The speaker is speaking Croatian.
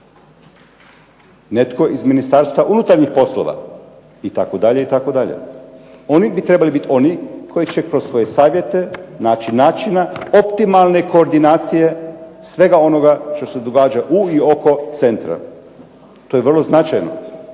Netko iz Ministarstva unutarnjih poslova itd., itd. Oni bi trebali bit oni koji će kroz svoje savjete naći načina optimalne koordinacije svega onoga što se događa u i oko centra. To je vrlo značajno.